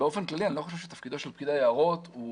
באופן כללי אני לא חושב שתפקידו של פקיד היערות הוא